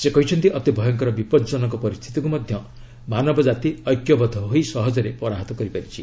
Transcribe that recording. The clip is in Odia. ସେ କହିଛନ୍ତି ଅତି ଭୟଙ୍କର ବିପଜନକ ପରିସ୍ଥିତିକୁ ମଧ୍ୟ ମାନବଜାତି ଐକ୍ୟବଦ୍ଧ ହୋଇ ସହଜରେ ପରାହତ କରିପାରିଛି